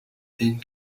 één